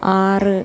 ആറ്